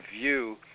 view